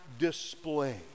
display